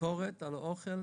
ביקורת על האוכל.